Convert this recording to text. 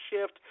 shift